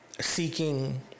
seeking